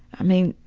i mean,